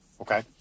Okay